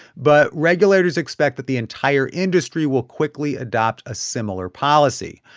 but regulators expect that the entire industry will quickly adopt a similar policy.